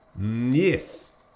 yes